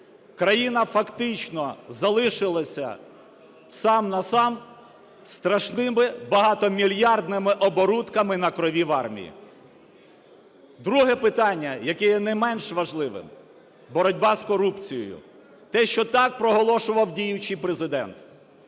Країна фактично залишилася сам-на-сам із страшними багатомільярдними оборудками на крові в армії. Друге питання, яке є не менш важливим, – боротьба з корупцією, те, що так проголошував діючий Президент.